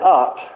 up